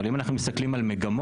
אבל אם אנחנו מסתכלים על מגמות,